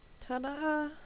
Ta-da